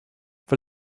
for